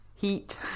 heat